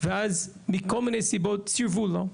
ואז מכל מיני סיבות סירבו לו,